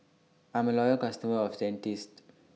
I'm A Loyal customer of Dentiste